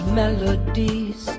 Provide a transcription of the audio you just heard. melodies